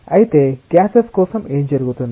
అయితే గ్యాసెస్ కోసం ఏమి జరుగుతుంది